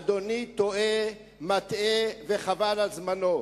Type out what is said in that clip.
אדוני טועה, מטעה, וחבל על זמנו.